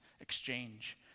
exchange